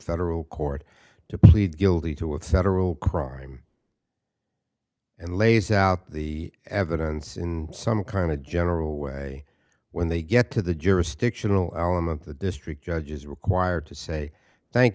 federal court to plead guilty to with federal crime and lays out the evidence in some kind of general way when they get to the jurisdictional element the district judge is required to say thank